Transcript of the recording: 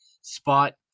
spot